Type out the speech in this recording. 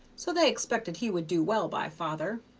so they expected he would do well by father.